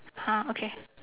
!huh! okay